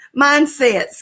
Mindsets